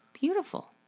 Beautiful